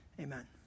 Amen